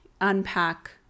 unpack